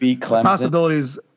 Possibilities